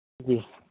जी